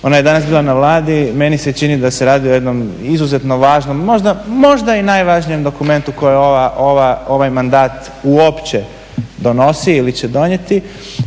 Ona je danas bila na Vladi, meni se čini da se radi o jednom izuzetno važnom, možda i najvažnijem dokumentu koji ovaj mandat uopće donosi ili će donijeti.